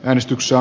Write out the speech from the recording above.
äänestyksessä